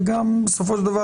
וגם בסופו של דבר,